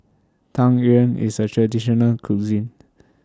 Tang Yuen IS A Traditional Cuisine